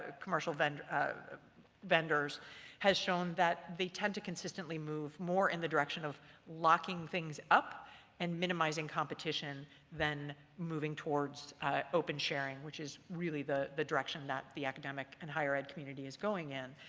ah commercial vendors ah vendors has shown that they tend to consistently move more in the direction of locking things up and minimizing competition than moving towards open sharing, which is really the the direction that the academic and higher ed community is going in.